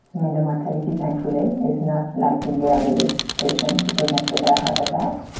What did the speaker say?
i mean, the mortality, thankfully, is not like in the elderly patients who present with a heart attack.